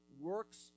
works